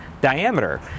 diameter